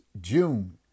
June